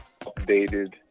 updated